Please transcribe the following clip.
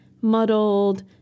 muddled